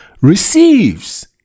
receives